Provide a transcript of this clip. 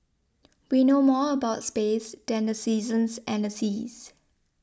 we know more about space than the seasons and the seas